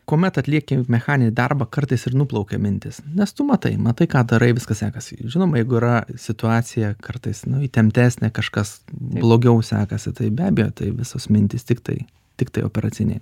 kuomet atlieki mechaninį darbą kartais ir nuplaukia mintis nes tu matai matai ką darai viskas sekasi žinoma jeigu yra situacija kartais nu įtemptesnė kažkas blogiau sekasi tai be abejo tai visos mintys tiktai tiktai operacinėj